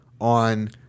on